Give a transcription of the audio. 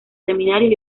seminarios